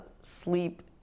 sleep